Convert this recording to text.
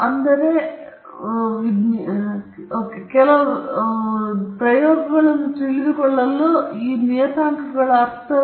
ಆದ್ದರಿಂದ ಇದು ಸಂಭವನೀಯತೆ ವಿತರಣಾ ಕಾರ್ಯದ ರೂಪವಾಗಿದೆ ಮತ್ತು 2 ಸಿಗ್ಮಾ ಸ್ಕ್ವೇರ್ನಿಂದ ರೂಟ್ 2 ಪೈ ಸಿಗ್ಮಾ ವರ್ಗ exponential minus x minus mu ಪೂರ್ಣಗೊಂಡಿದೆ